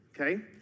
okay